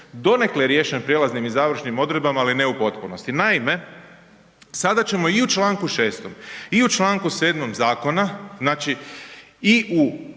donekle riješen prijelaznim i završnim odredbama ali ne u potpunosti. Naime, sada ćemo i u članku 6. i u članku 7. zakona znači i u